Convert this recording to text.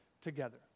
together